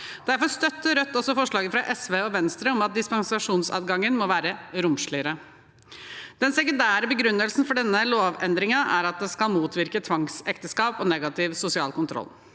Derfor støtter Rødt også forslaget fra SV og Venstre om at dispensasjonsadgangen må være romsligere. Den sekundære begrunnelsen for denne lovendringen er at den skal motvirke tvangsekteskap og negativ sosial kontroll.